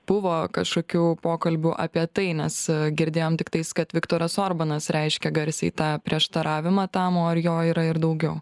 buvo kažkokių pokalbių apie tai nes girdėjom tiktais kad viktoras orbanas reiškia garsiai tą prieštaravimą tam o ar jo yra ir daugiau